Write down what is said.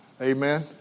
Amen